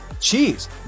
cheese